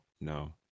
no